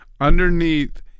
underneath